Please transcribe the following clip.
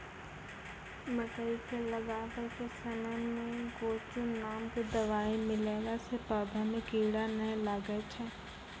मकई के लगाबै के समय मे गोचु नाम के दवाई मिलैला से पौधा मे कीड़ा नैय लागै छै?